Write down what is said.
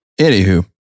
anywho